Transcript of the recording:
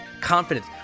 confidence